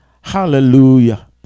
Hallelujah